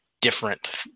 different